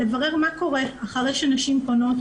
לברר מה קורה אחרי שנשים פונות,